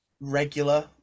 regular